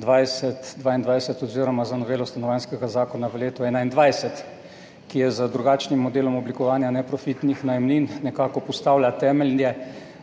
2020–2022 oziroma z novelo Stanovanjskega zakona v letu 2021, ki je z drugačnim modelom oblikovanja neprofitnih najemnin nekako postavila temelje